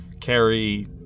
carry